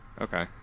okay